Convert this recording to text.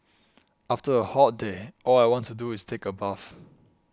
after a hot day all I want to do is take a bath